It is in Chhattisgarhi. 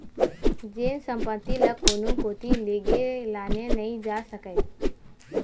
जेन संपत्ति ल कोनो कोती लेगे लाने नइ जा सकय